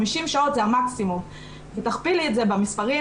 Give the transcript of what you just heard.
50 שעות זה המקסימום ותכפילי את זה במספרים,